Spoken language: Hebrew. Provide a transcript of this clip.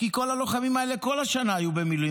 כי כל הלוחמים האלה כל השנה היו במילואים.